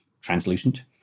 translucent